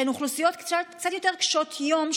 שהן אוכלוסיות קצת יותר קשות יום,